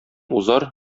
узар